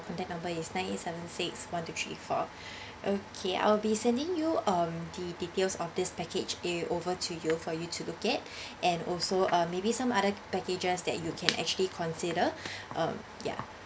contact number is nine eight seven six one two three four okay I'll be sending you um the details of this package a a over to you for you to look at and also uh maybe some other packages that you can actually consider um ya